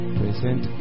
present